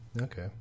Okay